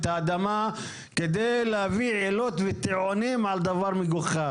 את האדמה כדי להביא עילות וטיעונים על דבר מגוחך.